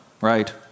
right